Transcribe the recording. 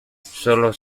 sólo